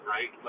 Right